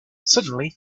suddenly